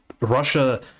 Russia